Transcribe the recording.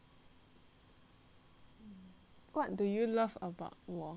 what do you love about 我